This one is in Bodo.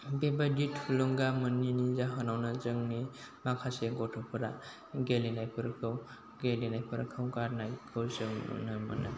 बेबायदि थुलुंगा मोनैनि जाहोनावनो जोंनि माखासे गथ'फोरा गेलेनायफोरखौ गारनायखौ जों नुनो मोनो